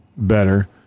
better